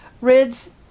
Rids